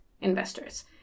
investors